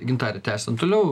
gintare tęsiam toliau